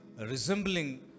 resembling